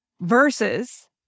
Versus